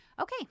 Okay